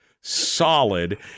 solid